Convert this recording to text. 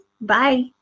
Bye